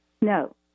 No